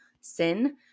sin